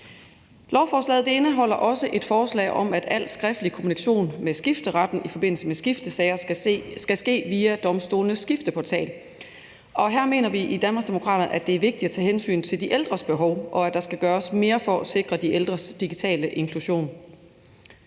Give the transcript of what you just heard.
Lovforslaget indeholder også et forslag om, at al skriftlig kommunikation med skifteretten i forbindelse med skiftesager skal ske via domstolenes skifteportal. Her mener vi i Danmarksdemokraterne, at det er vigtigt at tage hensyn til de ældres behov, og at der skal gøres mere for at sikre de ældres digitale inklusion.